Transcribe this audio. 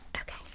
Okay